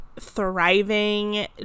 thriving